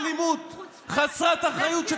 תראה את האנרכיסטים,